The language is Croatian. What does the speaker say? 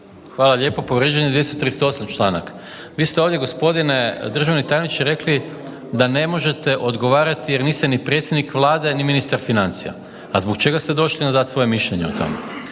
Hvala lijepo. Povrijeđen je 238. članak, vi ste ovdje gospodine državni tajniče rekli da ne možete odgovarati jer niste ni predsjednik Vlade, ni ministar financija, a zbog čega ste došli onda dati svoje mišljenje o tome?